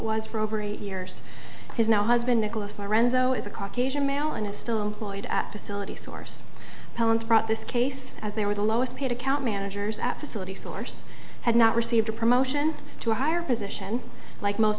was for over eight years has no husband nicholas lorenzo is a caucasian male and is still cloyd facility source brought this case as they were the lowest paid account managers at facilities source had not received a promotion to a higher position like most